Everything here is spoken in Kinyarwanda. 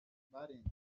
barengeye